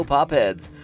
Popheads